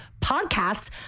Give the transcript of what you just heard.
podcasts